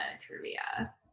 trivia